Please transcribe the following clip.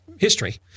history